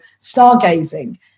stargazing